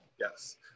Yes